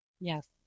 Yes